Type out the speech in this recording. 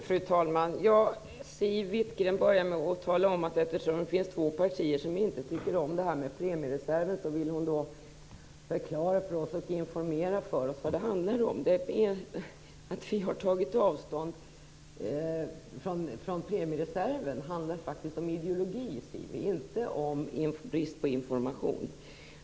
Fru talman! Siw Wittgren-Ahl börjar med att tala om att hon vill förklara och informera om vad det handlar om eftersom det finns två partier som inte tycker om premiereserven. Vårt avstånd från permiereserven handlar faktiskt om ideologi och inte om brist på information.